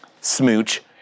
smooch